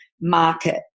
market